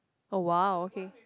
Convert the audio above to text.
oh !wow! okay